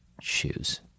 shoes